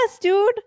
dude